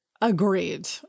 Agreed